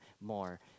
more